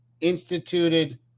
instituted